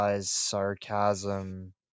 sarcasm